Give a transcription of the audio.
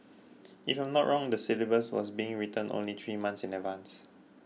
if I'm not wrong the syllabus was being written only three months in advance